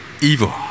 evil